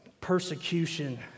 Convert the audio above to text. Persecution